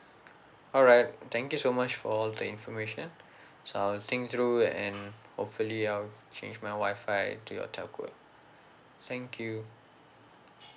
alright thank you so much for all the information so I'll think through and hopefully I'll change my wi-fi to your telco thank you